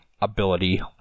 ability